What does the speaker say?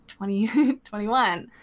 2021